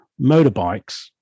motorbikes